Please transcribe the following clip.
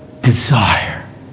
desire